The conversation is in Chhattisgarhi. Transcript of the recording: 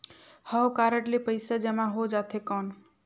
हव कारड ले पइसा जमा हो जाथे कौन?